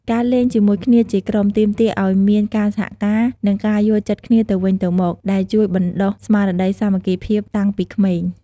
ការលេងជាមួយគ្នាជាក្រុម ទាមទារឱ្យមានការសហការ និងការយល់ចិត្តគ្នាទៅវិញទៅមក ដែលជួយបណ្ដុះស្មារតីសាមគ្គីភាពតាំងពីក្មេង។